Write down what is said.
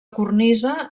cornisa